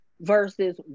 versus